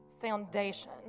foundation